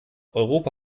europa